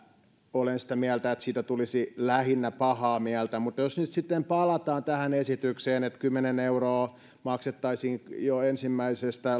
olen sitä mieltä että siitä tulisi lähinnä pahaa mieltä mutta jos nyt sitten palataan tähän esitykseen että kymmenen euroa maksettaisiin jo ensimmäisestä